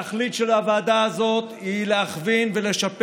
התכלית של הוועדה הזאת היא להכווין ולשפר